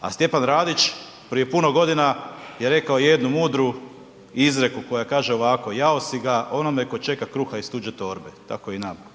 a Stjepan Radić prije puno godine je rekao jednu mudru izreku, koja kaže ovako, jao si ga onome tko čeka kruha iz tuđe torbe, tako i nama.